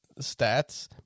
stats